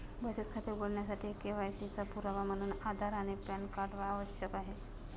बचत खाते उघडण्यासाठी के.वाय.सी चा पुरावा म्हणून आधार आणि पॅन कार्ड आवश्यक आहे